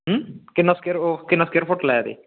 अं किन्ना square foot लैआ दे